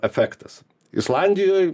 efektas islandijoj